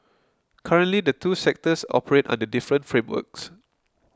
currently the two sectors operate under different frameworks